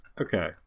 Okay